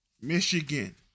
Michigan